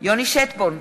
יוני שטבון,